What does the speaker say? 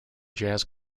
jazz